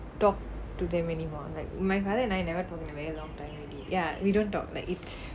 talk to them anymore like my father and I never talk for a long time already ya we don't talk like it's